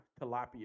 tilapia